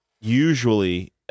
Usually